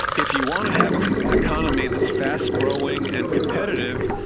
if you want to have an economy that's fast growing and competitive.